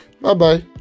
Bye-bye